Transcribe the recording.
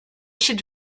should